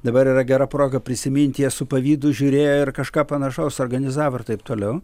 dabar yra gera proga prisiminti su pavydu žiūrėjo ir kažką panašaus organizavo ir taip toliau